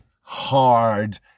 hard